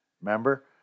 Remember